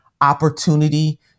opportunity